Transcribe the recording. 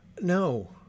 No